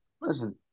Listen